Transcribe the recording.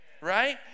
right